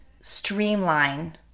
streamline